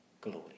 glory